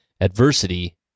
adversity